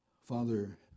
Father